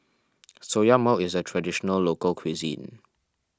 Soya mall is a Traditional Local Cuisine